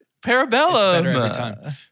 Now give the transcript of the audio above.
Parabellum